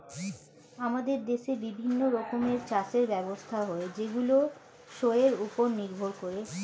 আমাদের দেশে বিভিন্ন রকমের চাষের ব্যবস্থা হয় যেইগুলো শোয়ের উপর নির্ভর করে